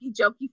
jokey